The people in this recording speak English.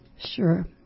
Sure